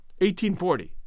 1840